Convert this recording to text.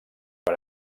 per